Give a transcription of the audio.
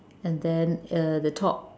and then uh the top